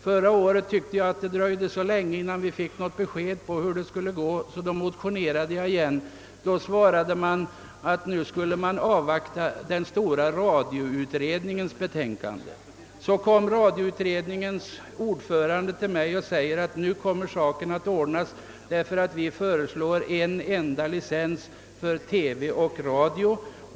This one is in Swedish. Förra året tyckte jag att det dröjde så länge innan vi fick något besked om hur det skulle gå, att jag motionerade igen. Då svarade man att man skulle avvakta den stora radioutredningens betänkande. Senare kom radioutredningens ordförande till mig och sade att nu kommer saken att ordnas, ty utredningen föreslår en enda licens för TV och radio.